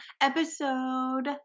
Episode